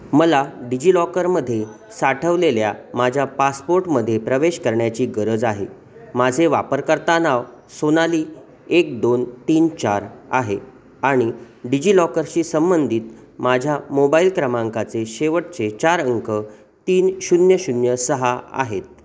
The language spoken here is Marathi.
मला डिजि लॉकरमध्ये साठवलेल्या माझ्या पासपोर्टमध्ये प्रवेश करण्याची गरज आहे माझे वापरकर्ता नाव सोनाली एक दोन तीन चार आहे आणि डिजि लॉकर संबंधित माझ्या मोबाईल क्रमांकाचे शेवटचे चार अंक तीन शून्य शून्य सहा आहेत